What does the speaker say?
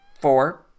four